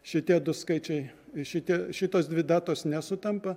šitie du skaičiai šitie šitos dvi datos nesutampa